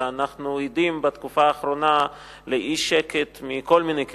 ואנחנו עדים בתקופה האחרונה לאי-שקט מכל מיני כיוונים.